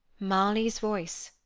marley's voice,